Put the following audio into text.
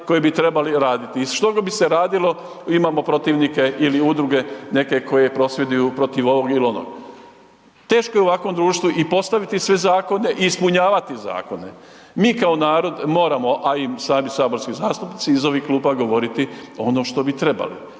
koje bi trebali raditi i što god bi se radilo, imamo protivnike ili udruge neke koje prosvjeduju protiv ovog ili onog. Teško je u ovakvom društvu i postaviti sve zakone i ispunjavati zakone. Mi kao narod moramo a i sami saborski zastupnici iz ovih klupa, govoriti ono što bi trebali,